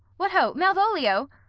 what ho, malvolio!